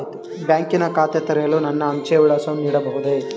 ಬ್ಯಾಂಕಿನ ಖಾತೆ ತೆರೆಯಲು ನನ್ನ ಅಂಚೆಯ ವಿಳಾಸವನ್ನು ನೀಡಬಹುದೇ?